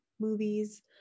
movies